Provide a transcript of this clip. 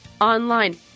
online